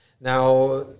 Now